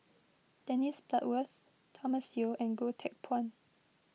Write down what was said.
Dennis Bloodworth Thomas Yeo and Goh Teck Phuan